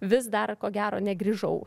vis dar ko gero negrįžau